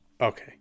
Okay